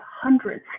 hundreds